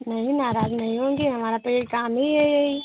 नहीं नाराज नहीं होंगे हमारा तो यही काम ही है यही